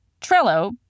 Trello